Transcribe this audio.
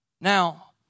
Now